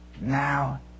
now